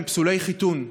פסולי חיתון.